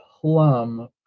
plum